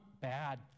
bad